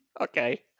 Okay